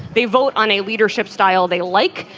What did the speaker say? they vote on a leadership style they like.